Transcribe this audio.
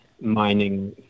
mining